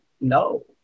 No